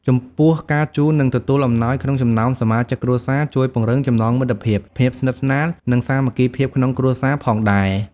ចំពោះ ការជូន និងទទួលអំណោយក្នុងចំណោមសមាជិកគ្រួសារ ជួយពង្រឹងចំណងមិត្តភាព ភាពស្និទ្ធស្នាល និងសាមគ្គីភាពក្នុងគ្រួសារផងដែរ។